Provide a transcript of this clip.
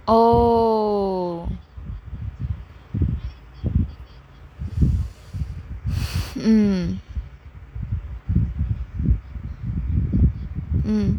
oh mm um